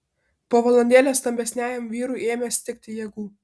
po valandėlės stambesniajam vyrui ėmė stigti jėgų